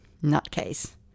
nutcase